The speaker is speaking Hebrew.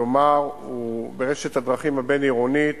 כלומר, ברשת הדרכים הבין-עירונית